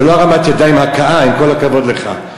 זה לא הרמת ידיים להכאה, עם כל הכבוד לך.